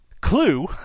Clue